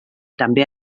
també